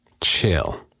Chill